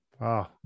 Wow